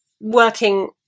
working